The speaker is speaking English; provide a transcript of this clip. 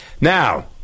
Now